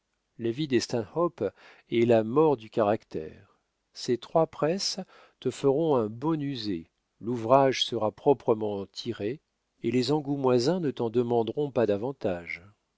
la vie des stanhope est la mort du caractère ces trois presses te feront un bon user l'ouvrage sera proprement tirée et les angoumoisins ne t'en demanderont pas davantage